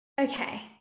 Okay